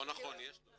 לא נכון, יש לו.